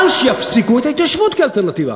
אבל שיפסיקו את ההתיישבות כאלטרנטיבה.